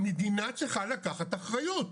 המדינה צריכה לקחת אחריות.